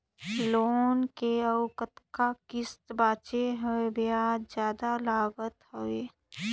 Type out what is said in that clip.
Loan के अउ कतका किस्त बांचें हे? ब्याज जादा लागत हवय,